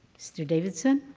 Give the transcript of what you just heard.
mr. davidson?